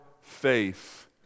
faith